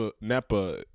NEPA